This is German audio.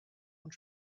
und